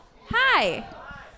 hi